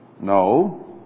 No